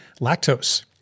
lactose